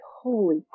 holy